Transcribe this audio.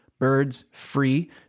birdsfree